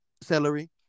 celery